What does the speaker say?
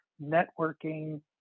networking